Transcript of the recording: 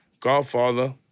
Godfather